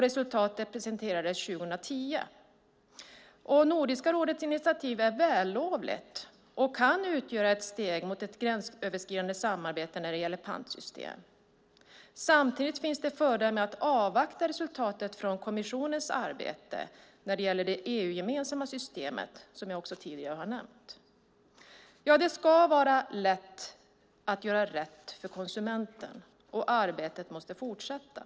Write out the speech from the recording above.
Resultatet presenterades 2010. Nordiska rådets initiativ är vällovligt och kan utgöra ett steg mot ett gränsöverskridande samarbete om pantsystem. Samtidigt finns det fördelar med att avvakta resultatet från kommissionens arbete när det gäller det EU-gemensamma system som tidigare nämnts. Det ska vara lätt att göra rätt för konsumenten, och arbetet måste fortsätta.